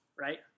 right